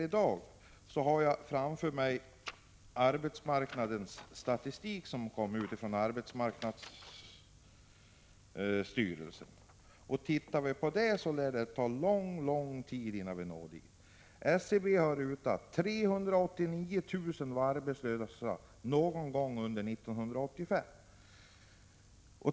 Jag har framför mig arbetsmarknadsstyrelsens arbetsmarknadsstatistik. Tittar vi på den inser vi att det lär ta mycket lång tid innan vi når dit. SCB har räknat ut att 389 000 var arbetslösa någon gång under 1985.